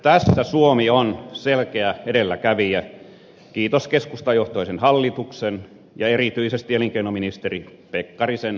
tässä suomi on selkeä edelläkävijä kiitos keskustajohtoisen hallituksen ja erityisesti elinkeinoministeri pekkarisen ripeyden